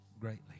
greatly